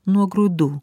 nuo grūdų